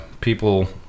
people